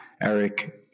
Eric